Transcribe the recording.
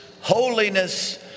holiness